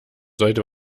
sollte